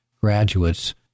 graduates